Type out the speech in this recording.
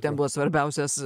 ten buvo svarbiausias